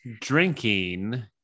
drinking